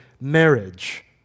marriage